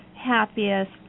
happiest